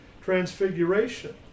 Transfiguration